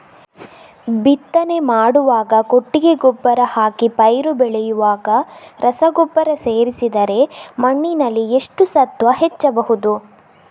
ಬಿತ್ತನೆ ಮಾಡುವಾಗ ಕೊಟ್ಟಿಗೆ ಗೊಬ್ಬರ ಹಾಕಿ ಪೈರು ಬೆಳೆಯುವಾಗ ರಸಗೊಬ್ಬರ ಸೇರಿಸಿದರೆ ಮಣ್ಣಿನಲ್ಲಿ ಎಷ್ಟು ಸತ್ವ ಹೆಚ್ಚಬಹುದು?